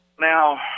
Now